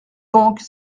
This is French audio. donc